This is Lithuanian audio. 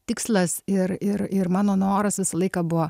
tikslas ir ir ir mano noras visą laiką buvo